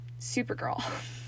Supergirl